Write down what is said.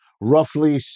Roughly